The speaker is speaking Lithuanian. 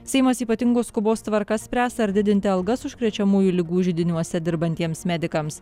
seimas ypatingos skubos tvarka spręs ar didinti algas užkrečiamųjų ligų židiniuose dirbantiems medikams